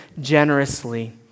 generously